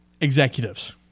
executives